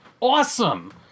Awesome